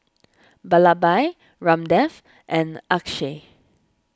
Vallabhbhai Ramdev and Akshay